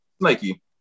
Nike